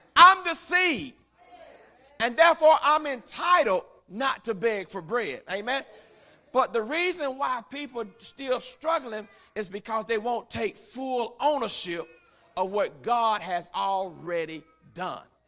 i'm the see and therefore i'm entitled not to beg for bread they meant but the reason why people still struggling is because they won't take full ownership of what god has already done